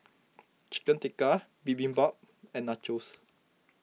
Chicken Tikka Bibimbap and Nachos